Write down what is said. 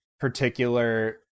particular